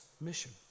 mission